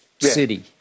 city